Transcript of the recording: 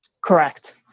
Correct